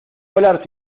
volar